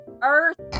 Earth